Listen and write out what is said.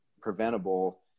preventable